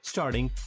Starting